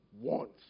wants